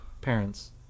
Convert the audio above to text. parents